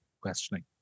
questioning